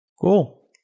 Cool